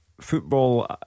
football